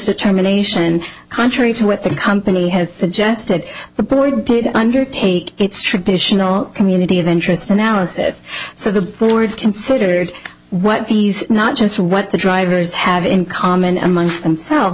determination contrary to what the company has suggested the board did undertake its traditional community of interest analysis so the board considered what these not just what the drivers have in common amongst themselves